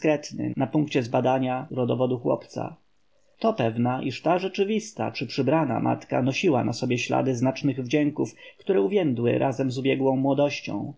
dyskretny na punkcie zbadania rodowodu chłopca to pewna iż ta rzeczywista czy przybrana matka nosiła na sobie ślady znacznych wdzięków które uwiędły razem z ubiegłą młodością